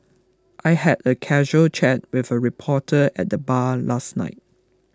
I had a casual chat with a reporter at the bar last night